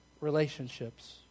relationships